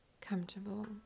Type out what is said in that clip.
comfortable